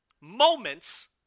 moments